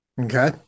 Okay